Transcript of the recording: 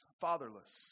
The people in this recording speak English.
fatherless